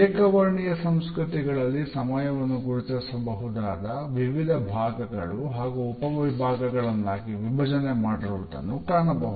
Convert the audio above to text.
ಏಕ ವರ್ಣೀಯ ಸಂಸ್ಕೃತಿಗಳಲ್ಲಿ ಸಮಯವನ್ನು ಗುರುತಿಸಬಹುದಾದ ವಿವಿಧ ಭಾಗಗಳು ಹಾಗೂ ಉಪ ವಿಭಾಗಗಳನ್ನಾಗಿ ವಿಭಜನೆ ಮಾಡಿರುವುದನ್ನು ಕಾಣಬಹುದು